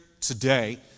today